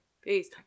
face